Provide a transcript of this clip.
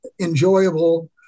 enjoyable